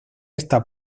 esta